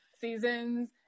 seasons